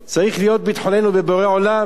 צריך להיות ביטחוננו בבורא עולם,